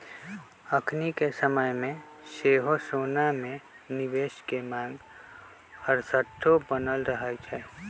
अखनिके समय में सेहो सोना में निवेश के मांग हरसठ्ठो बनल रहै छइ